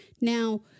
now